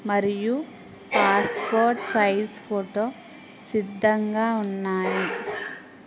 మరియు passport size photo సిద్ధంగా ఉన్నాయి